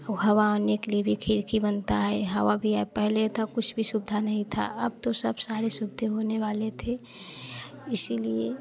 हवा आने के लिए भी खिड़की बनता है हवा भी पहले था कुछ भी सुविधा नहीं था अब तो सब सारी सुविधा होने वाली थी इसीलिए